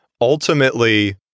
ultimately